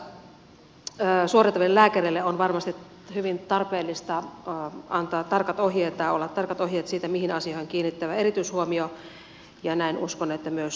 näitä terveystarkastuksia suorittaville lääkäreille on varmasti hyvin tarpeellista antaa tarkat ohjeet siitä mihin asioihin on kiinnitettävä erityishuomio ja uskon että näin myös tullaan tekemään